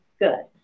good